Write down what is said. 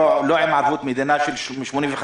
לא בהלוואה עם ערבות מדינה של 85%,